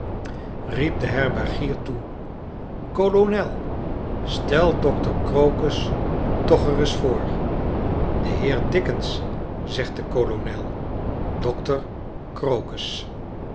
den herbergier toe kolonel stel dokder crocus toch reis voor de heer dickens zegt de kolonel docter crocus